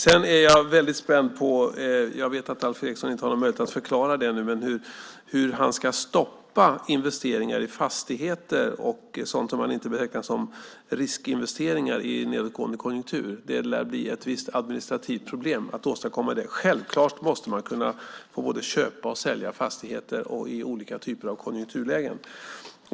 Jag vet att Alf Eriksson inte har någon möjlighet att förklara detta nu, men jag är mycket spänd på att få veta hur han i nedåtgående konjunktur ska stoppa investeringar i fastigheter och sådant som han inte betecknar som riskinvesteringar. Det lär bli ett visst administrativt problem att åstadkomma det. Självklart måste man kunna få både köpa och sälja fastigheter i olika konjunkturlägen.